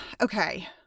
okay